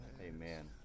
Amen